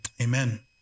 amen